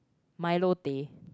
milo teh